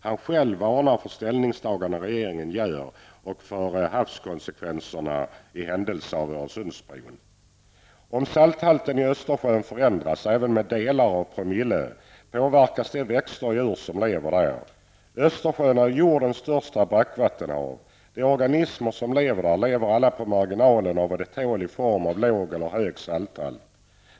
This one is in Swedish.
Han varnar själv för de ställningstaganden som regeringen gör och för havskonsekvenserna i händelse av en Öresundsbro. Om salthalten i Östersjön förändras, även med delar av promille, påverkas de växter och djur som lever där. Östersjön är jordens största brackvattenhav. De organismer som lever där lever alla på marginalen av vad de tål i form av låg eller hög salthalt.